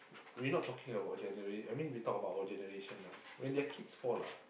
we not talking about generation I mean we talk about our generation lah when their kids fall lah